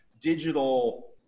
digital